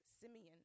Simeon